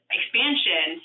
expansion